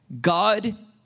God